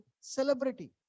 celebrity